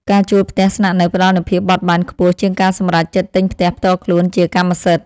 ការជួលផ្ទះស្នាក់នៅផ្តល់នូវភាពបត់បែនខ្ពស់ជាងការសម្រេចចិត្តទិញផ្ទះផ្ទាល់ខ្លួនជាកម្មសិទ្ធិ។